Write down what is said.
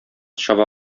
чаба